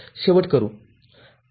तर अभिलक्षण आपणास यासारखे दर्शविते